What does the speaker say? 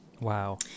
Wow